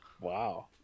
Wow